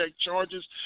charges